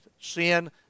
sin